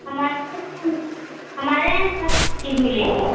हमारे को हम हमारे यहाँ सब चीज़ मिलेगी